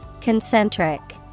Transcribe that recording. Concentric